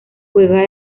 juega